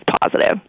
positive